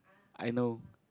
I know